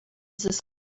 this